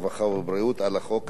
הרווחה והבריאות על החוק הזה,